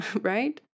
right